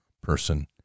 person